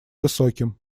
высоким